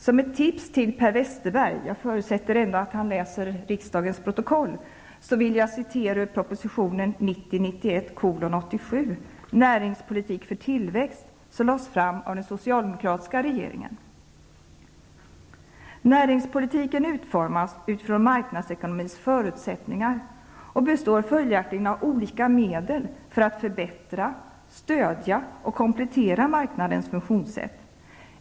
Som ett tips till Per Westerberg -- jag förutsätter att han ändå läser riksdagens protokoll -- vill jag citera ur proposition ''Näringspolitiken utformas utifrån marknadsekonomins förutsättningar och består följaktligen av olika medel för att förbättra, stödja och komplettera marknadens funktionssätt.